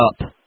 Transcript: up